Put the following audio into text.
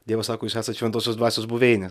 dievas sako jūs esat šventosios dvasios buveinė